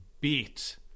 beat